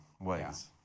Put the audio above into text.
ways